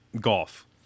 golf